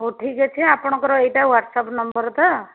ହଉ ଠିକ୍ ଅଛି ଆପଣଙ୍କର ଏଇଟା ୱାଟ୍ସଆପ୍ ନମ୍ବର ତ